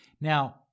Now